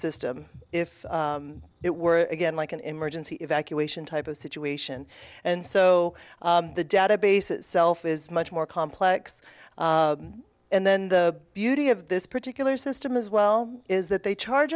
system if it were again like an emergency evacuation type of situation and so the database itself is much more complex and then the beauty of this particular system as well is that they charge